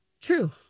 true